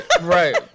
right